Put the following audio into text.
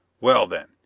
well, then,